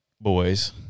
boys